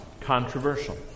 controversial